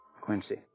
Quincy